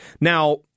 Now